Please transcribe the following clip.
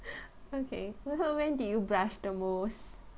okay when did you blush the most